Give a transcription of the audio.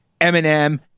Eminem